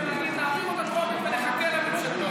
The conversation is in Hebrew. הלוי ולהגיד: נעביר אותה טרומית ונחכה לממשלתית.